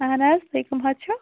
اہَن حظ تُہۍ کٕم حظ چھُو